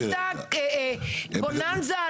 שמעתי אותך --- אז אני רק אסכם בשני משפטים וסיימתי.